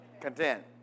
Content